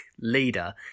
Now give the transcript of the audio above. leader